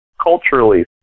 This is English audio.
culturally